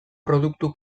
produktu